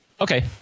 Okay